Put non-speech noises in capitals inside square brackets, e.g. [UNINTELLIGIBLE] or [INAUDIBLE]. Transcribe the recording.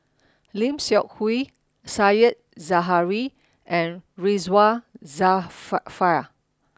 Lim Seok Hui Said Zahari and Ridzwan [UNINTELLIGIBLE]